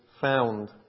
found